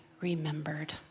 remembered